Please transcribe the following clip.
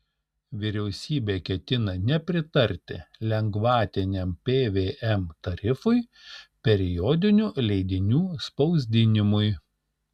vyriausybė ketina nepritarti lengvatiniam pvm tarifui periodinių leidinių spausdinimui